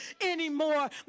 anymore